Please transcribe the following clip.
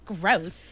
Gross